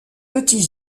petits